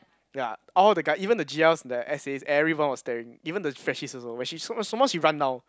ya all the guy even the G_Ls the S_As everyone was staring even the freshies also when she some some more she run down